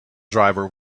driver